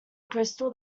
crystal